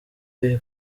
bihe